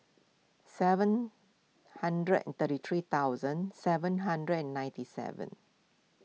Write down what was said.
seven hundred and thirty three thousand seven hundred and ninety seven